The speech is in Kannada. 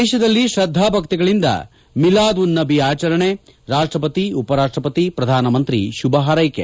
ದೇಶದಲ್ಲಿ ಶ್ರದ್ದಾಭಕ್ಕಿಗಳಿಂದ ಮಿಲಾದ್ ಉನ್ ನಬಿ ಆಚರಣೆ ರಾಷ್ಟ್ರಪತಿ ಉಪರಾಷ್ಟ ಪತಿ ಪ್ರಧಾನಮಂತಿ ಶುಭ ಹಾರ್ನೈಕೆ